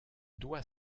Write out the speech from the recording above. doit